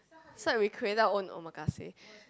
so we create out own omakase